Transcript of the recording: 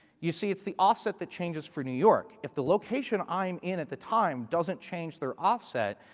you see, it's the offset that changes for new york. if the location i'm in at the time doesn't change the offset,